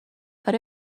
but